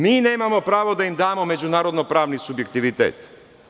Mi nemamo pravo da im damo međunarodno-pravni subjektivitet.